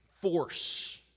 force